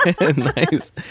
Nice